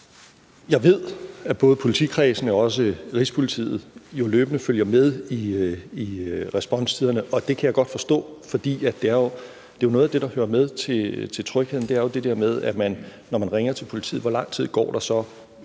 Jeg ved, at både politikredsene og også Rigspolitiet løbende følger med i responstiderne, og det kan jeg godt forstå, for det er jo noget af det, der hører med til trygheden: Når man foretager et 112-opkald til politiet, hvor lang tid går der så,